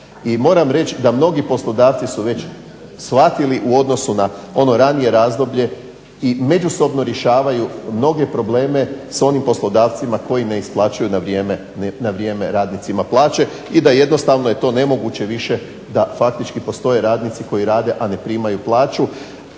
moram reći da mnogi poslodavci su već shvatili u odnosu na ono ranije razdoblje i međusobno rješavaju mnoge probleme sa onim poslodavcima koji ne isplaćuju na vrijeme radnicima plaće i da jednostavno je to nemoguće više da faktički postoje radnici koji rade a ne primaju plaću